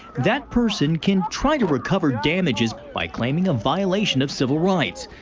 that person can try to recover damages by claiming a violation of civil rights.